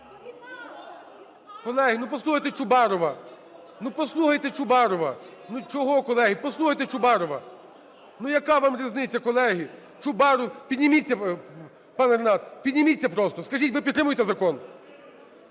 Ну послухайте Чубарова! Ну чого, колеги? Послухайте Чубарова! Ну яка вам різниця, колеги? Підніміться. ПанеРефат, підніміться просто, скажіть, ви підтримуєте закон?